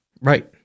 Right